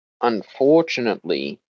unfortunately